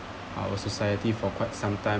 our society for quite some time